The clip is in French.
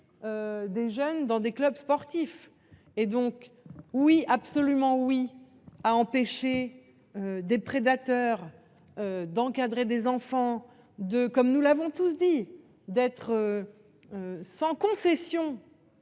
Des jeunes dans des clubs sportifs et donc oui absolument oui a empêché. Des prédateurs. D'encadrer des enfants de comme nous l'avons tous dit d'être. Sans concession.